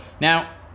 Now